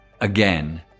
again